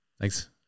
Thanks